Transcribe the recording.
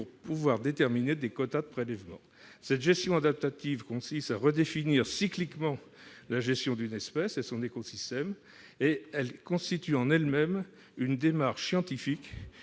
pour pouvoir déterminer des quotas de prélèvement. Cette gestion adaptative consiste à redéfinir cycliquement la gestion d'une espèce et de son écosystème et constitue en elle-même une démarche scientifique